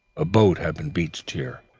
a boat had been beached here,